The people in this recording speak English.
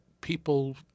people